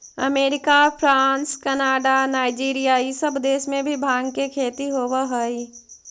America, France, Canada, Nigeria इ सब देश में भी भाँग के खेती होवऽ हई